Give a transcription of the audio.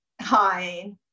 Hi